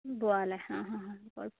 പോവാം അല്ലേ ആ ആ കൊഴ